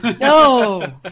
No